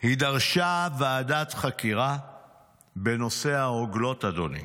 היא דרשה ועדת חקירה בנושא הרוגלות, אדוני.